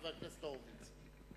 חבר הכנסת הורוביץ.